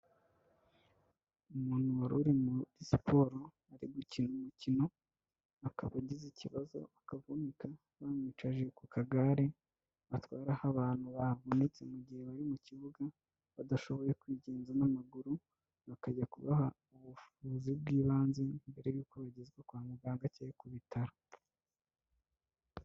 Umuntu wari uri muri siporo ari gukina umukino, akaba agize ikibazo akavunika, bamwicaje ku kagare batwaraho abantu bavunitse, mu gihe bari mu kibuga, badashoboye kwigenza n'amaguru, bakajya kubaha ubuvuzi bw'ibanze, mbere y'uko bagezwa kwa muganga cyangwa se ku bitaro.